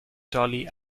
dolly